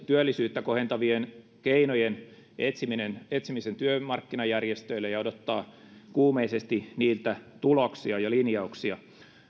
työllisyyttä kohentavien keinojen etsimisen etsimisen työmarkkinajärjestöille ja odottaa kuumeisesti niiltä tuloksia ja linjauksia